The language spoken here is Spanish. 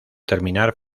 terminar